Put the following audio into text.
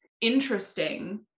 interesting